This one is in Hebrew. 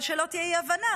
אבל שלא תהיה אי-הבנה,